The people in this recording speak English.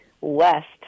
west